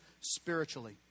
spiritually